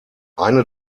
eine